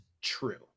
true